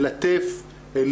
ללטף.